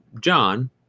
john